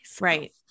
Right